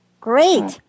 Great